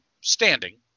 standing